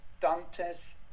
Dante's